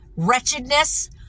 Wretchedness